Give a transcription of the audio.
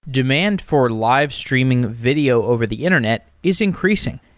demand for live streaming video over the internet is increasing.